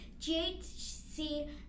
GHC